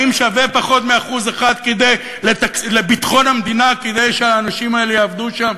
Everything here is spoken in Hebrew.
האם שווה פחות מ-1% לביטחון המדינה כדי שהאנשים האלה יעבדו שם